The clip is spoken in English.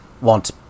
want